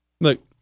Look